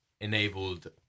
enabled